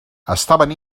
estaven